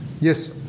Yes